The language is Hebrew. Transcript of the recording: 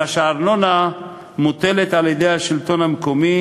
אלא שהארנונה מוטלת על-ידי השלטון המקומי,